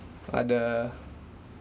other